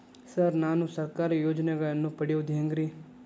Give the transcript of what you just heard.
Sir ನಾನು ಸರ್ಕಾರ ಯೋಜೆನೆಗಳನ್ನು ಪಡೆಯುವುದು ಹೆಂಗ್ರಿ?